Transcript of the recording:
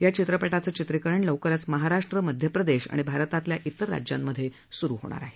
या चित्रपटाचे चित्रीकरण लवकरच महाराष्ट्र मध्यप्रदेश आणि भारतातील इतर राज्यांमध्ये सुरु होणार आहे